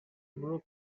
broke